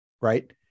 Right